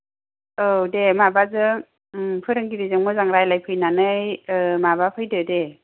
औ दे माबाजों फोरोंगिरिजों मोजां रायज्लाय फैनानै माबा फैदो दे